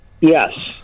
Yes